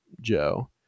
Joe